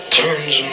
turns